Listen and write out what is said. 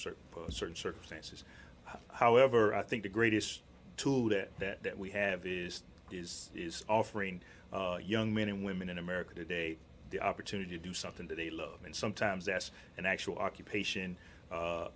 certain certain circumstances however i think the greatest tool that we have these days is offering young men and women in america today the opportunity to do something that they love and sometimes that's an actual occupation